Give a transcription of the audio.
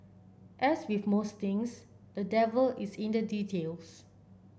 as with most things the devil is in the details